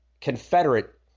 Confederate